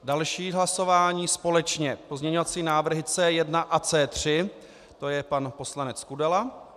Další hlasování společně pozměňovací návrhy C1 a C3, to je pan poslanec Kudela.